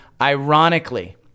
ironically